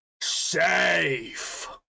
safe